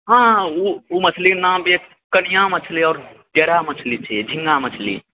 हाँ ओ ओ मछली नाम बेस कनिया मछली आओर ढेरा मछली छियै झींगा मछली